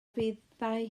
fyddai